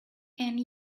and